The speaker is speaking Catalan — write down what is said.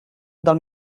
del